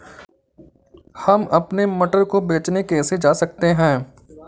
हम अपने मटर को बेचने कैसे जा सकते हैं?